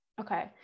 Okay